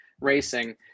racing